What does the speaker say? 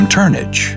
Turnage